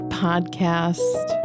podcast